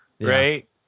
right